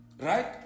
right